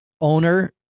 owner